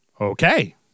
Okay